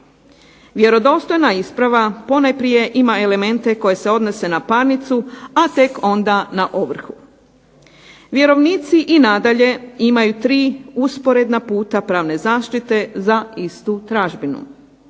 Vjerodostojna isprava ponajprije ima elemente koji se odnose na parnicu, a tek onda na ovrhu. Vjerovnici i nadalje imaju tri usporedna puta pravne zaštite za istu tražbinu.